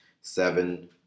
seven